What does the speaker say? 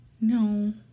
No